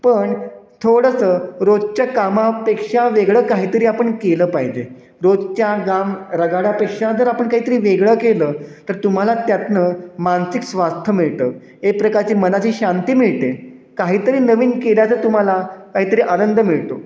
पण थोडंसं रोजच्या कामापेक्षा वेगळं काहीतरी आपण केलं पाहिजे रोजच्या काम रगाडापेक्षा जर आपण काहीतरी वेगळं केलं तर तुम्हाला त्यातनं मानसिक स्वास्थ्य मिळतं आहे प्रकारची मनाची शांती मिळते काहीतरी नवीन केल्याचं तुम्हाला काहीतरी आनंद मिळतो